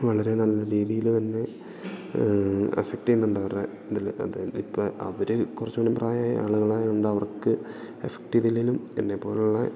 വളരെ നല്ല രീതിയില് തന്നെ ഇഫക്ട് ചെയ്യുന്നുണ്ട് അവരുടെ ഇതില് അതായത് ഇപ്പം അവര് കുറച്ചും കൂടിപ്രായമായ ആളുകളായോണ്ടവർക്ക് എഫക്ടീയ്തില്ലേലും എന്നെ പോലുള്ള